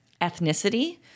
ethnicity